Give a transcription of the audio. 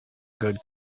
good